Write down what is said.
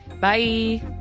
bye